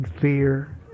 fear